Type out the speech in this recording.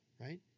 right